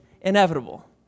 inevitable